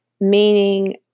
meaning